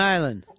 Island